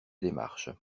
démarche